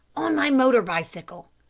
on my motor-bicycle.